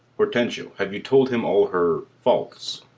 hortensio, have you told him all her faults?